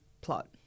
plot